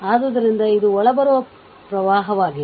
ಆದ್ದರಿಂದ ಇದು ಒಳಬರುವ ಪ್ರವಾಹವಾಗಿದೆ